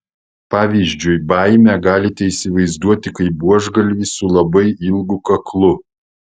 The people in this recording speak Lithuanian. pavyzdžiui baimę galite įsivaizduoti kaip buožgalvį su labai ilgu kaklu